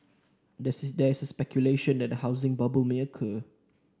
there is speculation that a housing bubble may occur